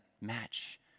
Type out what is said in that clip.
match